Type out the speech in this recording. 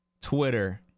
Twitter